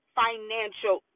financial